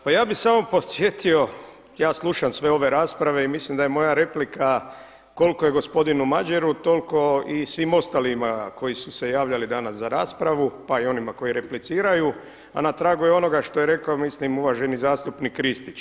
Pa ja bih samo podsjetio, ja slušam sve ove rasprave i mislim da je moja replika koliko je gospodinu Madjeru toliko i svim ostalima koji su se javljali danas za raspravu pa i onima koji repliciraju, a na tragu je onoga što je rekao mislim uvaženi zastupnik Kristić.